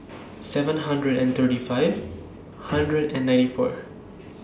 seven hundred and thirty five hundred and ninety four